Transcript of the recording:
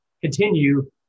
continue